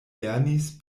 lernis